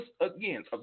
again